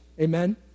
Amen